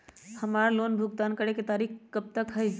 हमार लोन भुगतान करे के तारीख कब तक के हई?